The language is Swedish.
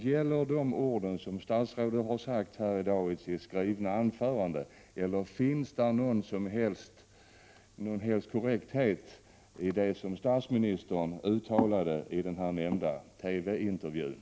Gäller de ord som statsrådet har sagt här i dag i sitt skrivna anförande eller finns det någon som helst korrekthet i det som statsministern uttalade i den här nämnda TV-intervjun?